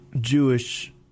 Jewish